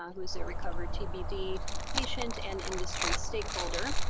who's a recovered tbd patient and industry stakeholder.